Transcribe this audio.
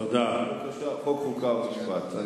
חוקה, חוק ומשפט.